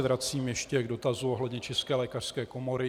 Vracím se ještě k dotazu ohledně České lékařské komory.